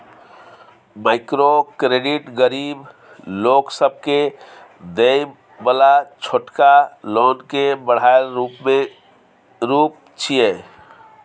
micro credit गरीब लोक सबके देय बला छोटका लोन के बढ़ायल रूप छिये